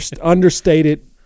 understated